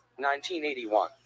1981